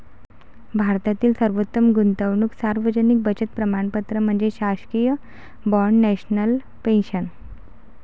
भारतातील सर्वोत्तम गुंतवणूक सार्वजनिक बचत प्रमाणपत्र म्हणजे शासकीय बाँड नॅशनल पेन्शन